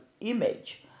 image